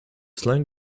slang